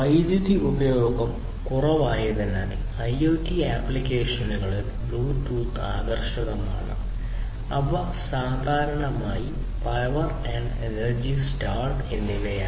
വൈദ്യുതി ഉപഭോഗം കുറവായതിനാൽ IoT ആപ്ലിക്കേഷനുകളിൽ ബ്ലൂടൂത്ത് ആകർഷകമാണ് അവ സാധാരണയായി പവർ ആൻഡ് എനർജി സ്റ്റാർവ്ഡ് എന്നിവയാണ്